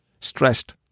stressed